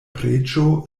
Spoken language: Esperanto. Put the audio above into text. preĝo